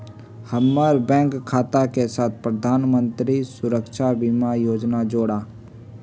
हम्मर बैंक खाता के साथ प्रधानमंत्री सुरक्षा बीमा योजना जोड़ा